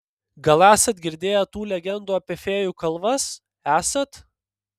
gal esat girdėję tų legendų apie fėjų kalvas esat